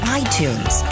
iTunes